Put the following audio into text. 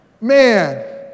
Man